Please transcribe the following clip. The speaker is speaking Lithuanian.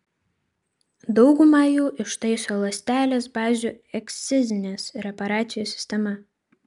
daugumą jų ištaiso ląstelės bazių ekscizinės reparacijos sistema